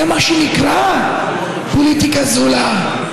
זה מה שנקרא פוליטיקה זולה.